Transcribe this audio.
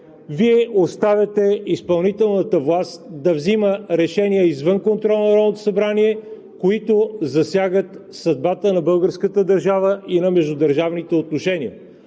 Вие оставяте изпълнителната власт да взима решения извън контрола на Народното събрание, които засягат съдбата на българската държава и на междудържавните отношения.